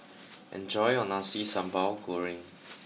enjoy your Nasi Sambal Goreng